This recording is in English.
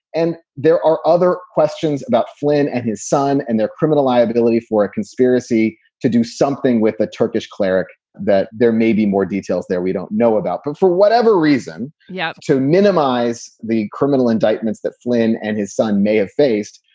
and there are other questions about flynn and his son and their criminal liability for a conspiracy to do something with a turkish cleric, that there may be more details that we don't know about. but for whatever reason, yeah to minimize the criminal indictments that flynn and his son may have faced,